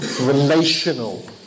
relational